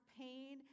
pain